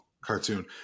cartoon